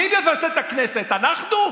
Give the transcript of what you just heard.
מי מבזה את הכנסת, אנחנו?